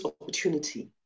opportunity